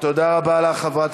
תודה רבה לך, חברת